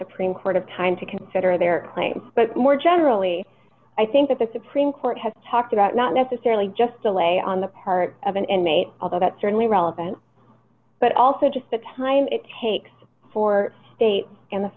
supreme court of time to consider their claims but more generally i think that the supreme court has talked about not necessarily just delay on the part of an inmate although that's certainly relevant but also just the time it takes for states in the